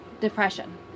depression